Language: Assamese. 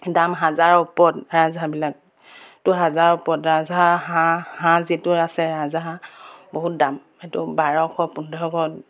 দাম হাজাৰৰ ওপৰত ৰাজহাঁহবিলাক তো হাজাৰৰ ওপৰত ৰাজহাঁহ হাঁহ যিটো আছে ৰাজাহাঁহ বহুত দাম সেইটো বাৰশ পোন্ধৰশ